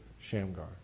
Shamgar